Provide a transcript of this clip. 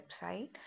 website